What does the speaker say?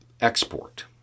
export